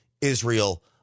Israel